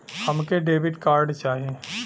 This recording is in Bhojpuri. हमके डेबिट कार्ड चाही?